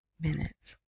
minutes